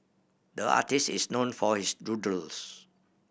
the artist is known for his doodles